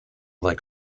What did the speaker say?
like